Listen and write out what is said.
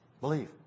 believe